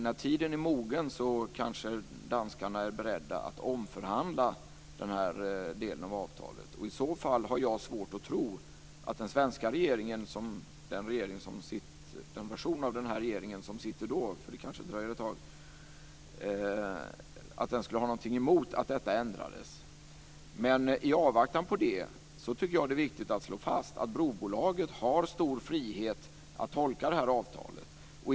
När tiden är mogen kanske danskarna är beredda att omförhandla den här delen av avtalet, och i så fall har jag svårt att tro att den version av den här svenska regeringen som sitter då - det kanske dröjer ett tag - skulle ha någonting emot att detta ändrades. Men i avvaktan på det tycker jag att det är viktigt att slå fast att brobolaget har stor frihet att tolka det här avtalet.